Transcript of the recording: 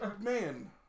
Man